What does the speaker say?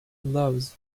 loves